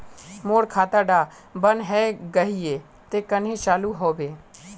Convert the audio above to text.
मोर खाता डा बन है गहिये ते कन्हे चालू हैबे?